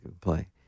play